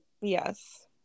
Yes